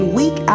week